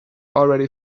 already